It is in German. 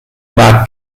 mag